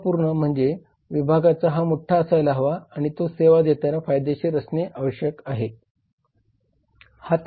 महत्त्वपूर्ण म्हणजे विभाग हा मोठा असायला हवा आणि तो सेवा देताना फायदेशीर असणे आवश्यक आहे